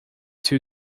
two